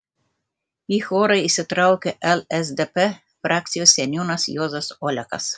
į chorą įsitraukė lsdp frakcijos seniūnas juozas olekas